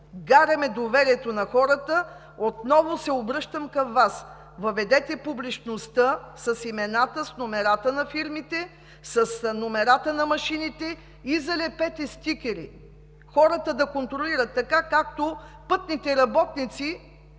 изгаряме доверието на хората. Отново се обръщам към Вас: въведете публичността с имената, с номерата на фирмите, с номерата на машините и залепете стикери и хората да контролират, така както пътните работници